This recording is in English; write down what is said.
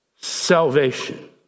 salvation